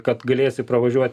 kad galėsi pravažiuot